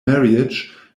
marriage